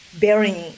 bearing